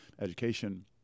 education